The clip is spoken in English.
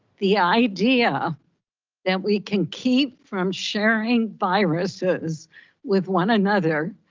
the idea that we can keep from sharing viruses with one another,